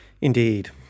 Indeed